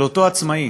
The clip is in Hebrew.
של אותו עצמאי,